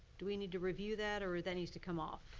do we need to review that or that needs to come off?